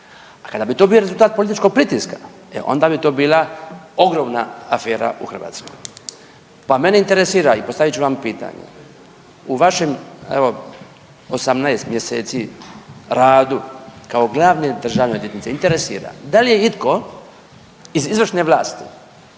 A kada bi to bio rezultat političkog pritiska, e onda bi to bila ogromna afera u Hrvatskoj. Pa mene interesira, i postavit ću vam pitanje. U vašem evo 18 mjeseci radu kao glavne državne odvjetnice, interesira, da li je itko iz izvršne vlasti,